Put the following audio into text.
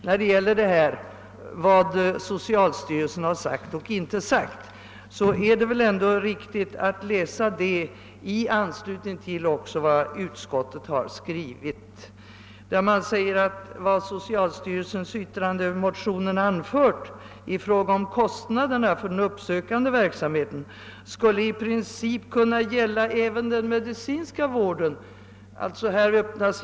När det gäller vad socialstyrelsen har sagt och inte sagt är det väl ändå riktigt att läsa dess yttrande i anslutning till vad utskottet har skrivit: »Vad socialstyrelsen i yttrande över motionen anfört i fråga om kostnaderna för den uppsökande verksamheten skulle i princip kunna gälla även den medicinska vården.» Här öppnas nya vägar.